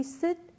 sit